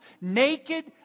naked